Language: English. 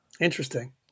Interesting